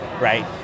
right